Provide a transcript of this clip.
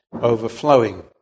overflowing